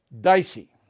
dicey